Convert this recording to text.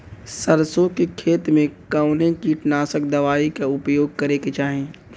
सरसों के खेत में कवने कीटनाशक दवाई क उपयोग करे के चाही?